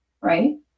right